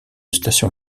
station